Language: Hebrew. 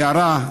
הערה,